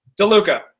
DeLuca